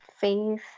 faith